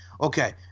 okay